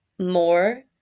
more